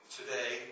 today